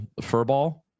furball